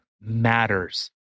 matters